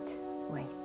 wait